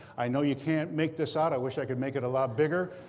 i know you can't make this out. i wish i could make it a lot bigger.